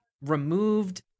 removed